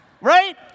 Right